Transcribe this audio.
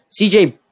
CJ